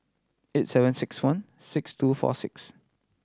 eight seven six one six two four six